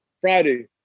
Friday